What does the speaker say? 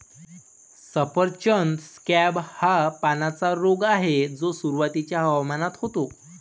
सफरचंद स्कॅब हा पानांचा रोग आहे जो सुरुवातीच्या हवामानात होतो